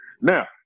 Now